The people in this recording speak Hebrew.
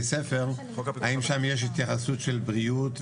ספר האם שם יש התייחסות של בריאות ובטיחות?